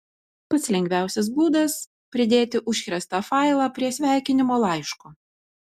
pats lengviausias būdas pridėti užkrėstą failą prie sveikinimo laiško